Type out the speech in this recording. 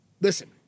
listen